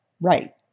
Right